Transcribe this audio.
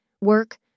work